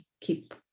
keep